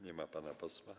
Nie ma pana posła?